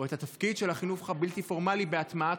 או את התפקיד של החינוך הבלתי-פורמלי בהטמעת